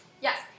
Yes